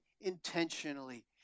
intentionally